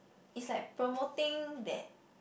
is like promoting that